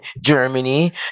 Germany